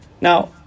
now